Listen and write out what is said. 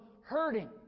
hurting